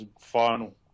final